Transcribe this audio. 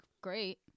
great